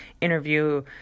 interview